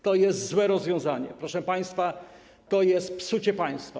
To jest złe rozwiązanie, proszę państwa, to jest psucie państwa.